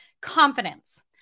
Confidence